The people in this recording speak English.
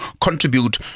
contribute